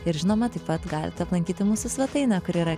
ir žinoma taip pat galite aplankyti mūsų svetainę kur yra